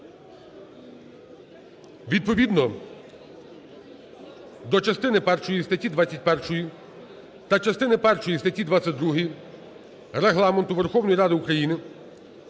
відповідно до частини першої статті 21 та частини першої статті 22 Регламенту Верховної Ради України